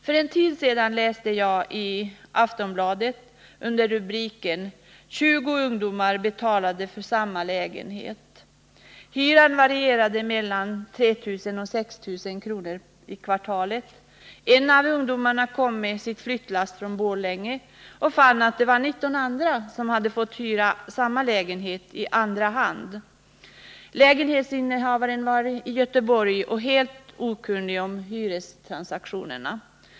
För en tid sedan läste jag i Aftonbladet en artikel under rubriken ”Tjugo ungdomar betalade för samma lägenhet”. Hyran varierade mellan 3 000 och 6 000 kr. per kvartal. En av ungdomarna kom med sitt flyttlass från Borlänge och fann att 19 andra hade fått hyra samma lägenhet i andra hand. Lägenhetsinnehavaren var i Göteborg och helt okunnig om hyrestransaktionerna.